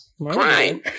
crime